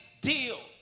deal